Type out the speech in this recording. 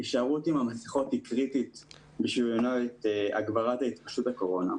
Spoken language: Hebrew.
הישארות עם המסכות היא קריטית במניעת התגברות התפשטות הקורונה,